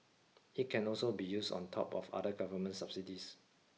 it can also be used on top of other government subsidies